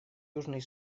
южный